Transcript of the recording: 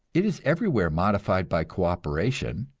it is everywhere modified by co-operation,